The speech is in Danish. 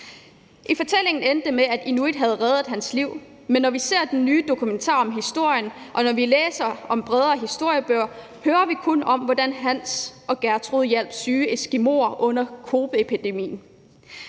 I fortællingen endte det med, at inuit reddede hans liv, men når vi ser den nye dokumentar om vores historie, og når vi læser bredere historiebøger, hører vi kun om, hvordan Hans og Gertrud hjalp syge eskimoer under koppeepidemien.